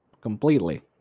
Completely